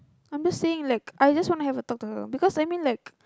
I'm just saying like I just wanted to have a talk with her because I mean like